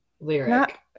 lyric